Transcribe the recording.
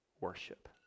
worship